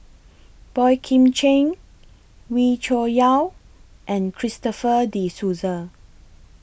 Boey Kim Cheng Wee Cho Yaw and Christopher De Souza